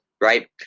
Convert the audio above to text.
right